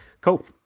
Cool